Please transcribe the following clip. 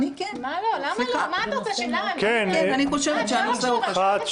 הצבעה בעד,